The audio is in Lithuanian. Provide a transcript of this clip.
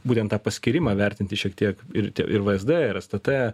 būtent tą paskyrimą vertinti šiek tiek ir ir vsd ir stt